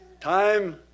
Time